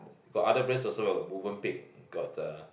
got other place also mah got Movenpick got the